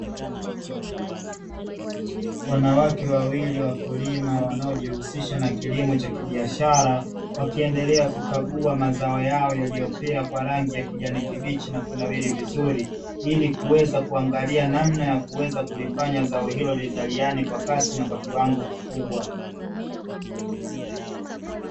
Wanawake wawili wakulima wanaojihusisha na kilimo cha kibiashara, wakiendelea kukagua mazao yao yaliyomea kwa rangi ya kijani kibichi na kunawiri vizuri, ili kuweza kuangalia namna ya kuweza kulifanya zao hilo lizaliane kwa kasi na kiwango kikubwa.